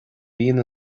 bhíonn